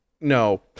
no